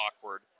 awkward